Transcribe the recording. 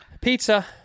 pizza